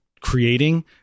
creating